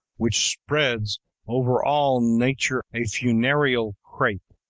which spreads over all nature a funereal crape,